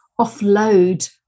offload